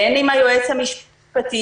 בין עם היועץ המשפטי.